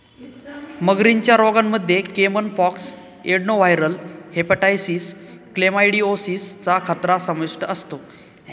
मगरींच्या रोगांमध्ये caiman pox, adenoviral hepatitis, chlamydiosis चा खतरा समाविष्ट असतो